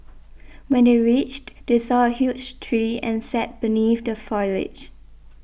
when they reached they saw a huge tree and sat beneath the foliage